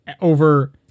over